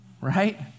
right